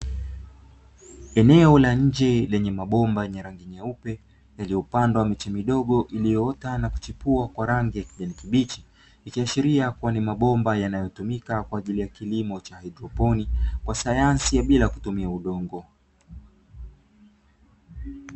Eneo la nje lenye mabomba yenye rangi nyeupe yaliyopandwa miche midogo iliyoota na kuchipua kwa rangi ya kijani kibichi, ikiashiria kuwa ni mabomba yanayotumika kwa ajili ya kilimo cha haidroponi kwa sayansi bila kutumia udongo.